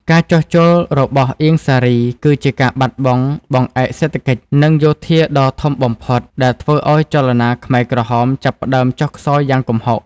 ការចុះចូលរបស់អៀង សារី គឺជាការបាត់បង់បង្អែកសេដ្ឋកិច្ច និងយោធាដ៏ធំបំផុតដែលធ្វើឱ្យចលនាខ្មែរក្រហមចាប់ផ្ដើមចុះខ្សោយយ៉ាងគំហុក។